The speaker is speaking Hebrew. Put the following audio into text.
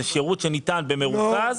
זה שירות שניתן במרוכז,